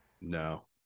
no